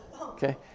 Okay